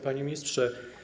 Panie Ministrze!